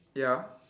ya